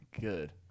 good